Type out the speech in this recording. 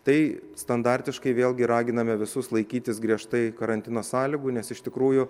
tai standartiškai vėlgi raginame visus laikytis griežtai karantino sąlygų nes iš tikrųjų